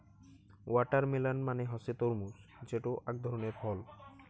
watermelon মানে হসে তরমুজ যেটো আক ধরণের ফল